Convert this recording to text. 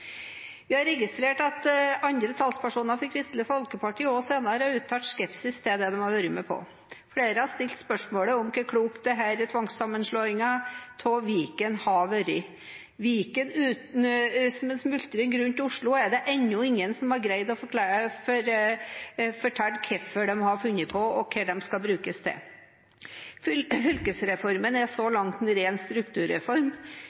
Vi har registrert at andre talspersoner fra Kristelig Folkeparti også senere har uttalt skepsis til det de har vært med på. Flere har stilt spørsmålet om hvor klok denne tvangssammenslåingen til Viken har vært. Viken som en smultring rundt Oslo er det ennå ingen som har greid å fortelle hvorfor de har funnet på, og hva den skal brukes til. Fylkesreformen er så